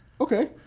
Okay